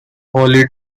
holy